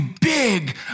big